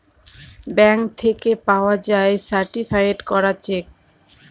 bank থেকে পাওয়া যায় সার্টিফায়েড করা চেক